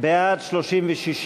להביע אי-אמון בממשלה לא נתקבלה.